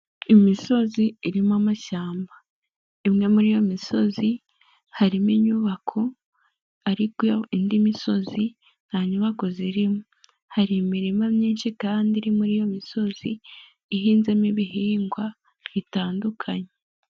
Imisozi irimo amashyamba, imwe muri iyo misozi harimo inyubako ariko indi misozi nta nyubako ziririmo, hari imirima myinshi kandi iri muri iyo misozi ihinzemo ibihingwa bitandukanye.